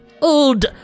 Old